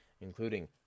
including